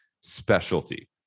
specialty